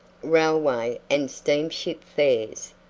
railway and steamship fares.